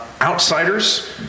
outsiders